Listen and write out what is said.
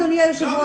אדוני היושב ראש,